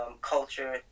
culture